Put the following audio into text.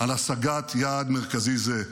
על השגת יעד מרכזי זה.